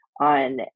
on